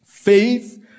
Faith